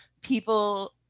people